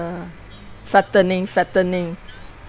fattening fattening